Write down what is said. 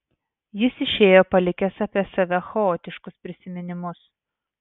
jis išėjo palikęs apie save chaotiškus prisiminimus